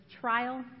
trial